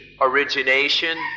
origination